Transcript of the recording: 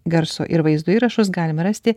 garso ir vaizdo įrašus galima rasti